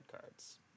cards